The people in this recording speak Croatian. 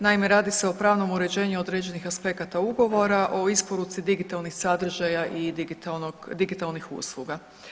Naime, radi se o pravnom uređenju određenih aspekata ugovora o isporuci digitalnih sadržaja i digitalnih usluga.